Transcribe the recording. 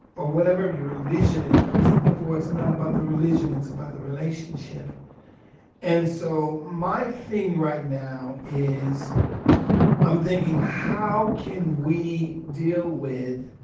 or whatever your religion is. like i said before, it's not about the religion. it's about the relationship and so my thing right now is i'm thinking, how can we deal with